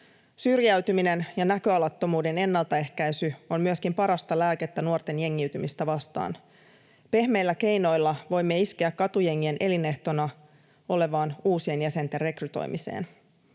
Syrjäytymisen ja näköalattomuuden ennaltaehkäisy on myöskin parasta lääkettä nuorten jengiytymistä vastaan. Pehmeillä keinoilla voimme iskeä katujengien elinehtona olevaan uusien jäsenten rekrytoimiseen.